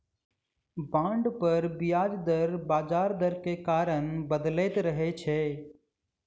bond पर ब्याज दर बजार दर के कारण बदलैत रहै छै